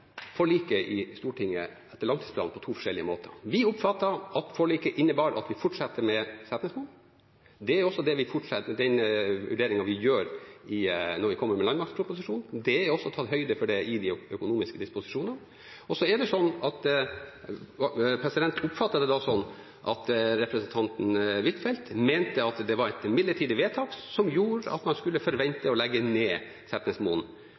at forliket innebar at vi fortsetter med Setnesmoen. Det var også den vurderingen vi kom med i landmaktproposisjonen. Det er også tatt høyde for det i de økonomiske disposisjonene. Jeg oppfatter det da sånn at representanten Huitfeldt mente at det var et midlertidig vedtak som gjorde at man skulle forvente å legge ned Setnesmoen